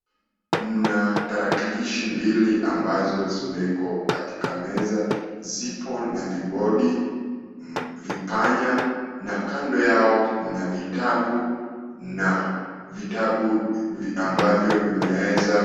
Mna tarakilishi mbili ambazo zimewekwa katika meza, zipo na vibodi, vipanya na kando yao mna vitabu na vitabu ambavyo vimeweza.